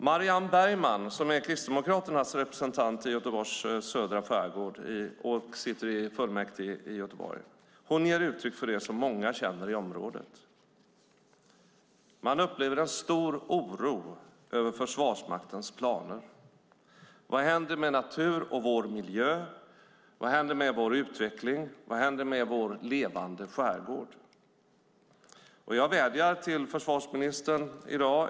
Marianne Bergman, som är Kristdemokraternas representant i Göteborgs södra skärgård och sitter i fullmäktige i Göteborg, ger uttryck för det som många i området känner: Man upplever en stor oro över Försvarsmaktens planer. Vad händer med natur och vår miljö? Vad händer med vår utveckling? Vad händer med vår levande skärgård? Jag vädjar till försvarsministern i dag.